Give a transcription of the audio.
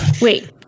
Wait